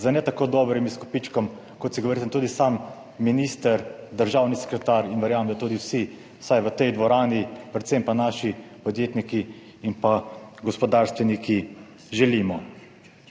z ne tako dobrim izkupičkom, kot si ga verjetno tudi sam minister, državni sekretar in verjamem, da tudi vsi, vsaj v tej dvorani, predvsem pa naši podjetniki in pa gospodarstveniki, želimo.